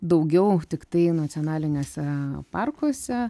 daugiau tai nacionaliniuose parkuose